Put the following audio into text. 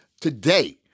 today